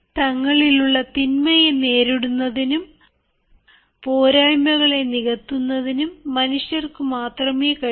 തങ്ങളിലുള്ള തിന്മയെ നേരിടുന്നതിനും പോരായ്മകളെ നികത്തുന്നതിനും മനുഷ്യർക്ക് മാത്രമേ കഴിയൂ